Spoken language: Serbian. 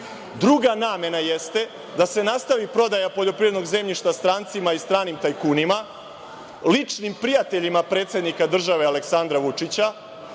Druga namena jeste da se nastavi prodaja poljoprivrednog zemljišta strancima i stranim tajkunima, ličnim prijateljima predsednika države Aleksandara Vučića,